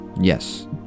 Yes